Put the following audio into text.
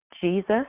Jesus